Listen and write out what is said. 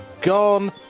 gone